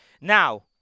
Now